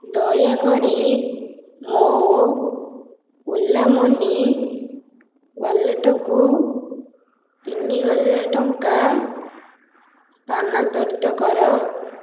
ଦୟାକରି ମୋ ଓଲା ମନି ୱାଲେଟ୍କୁ ତିନିହଜାର ଟଙ୍କା ସ୍ଥାନାନ୍ତରିତ କର